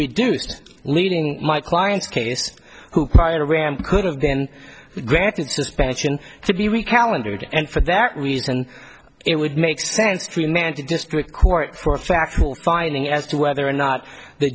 reduced leading my client's case who prior to ram could have been granted suspension to be recalibrated and for that reason it would make sense to manti district court for a factual finding as to whether or not the